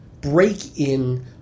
break-in